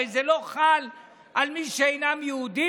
הרי זה לא חל על מי שאינם יהודים,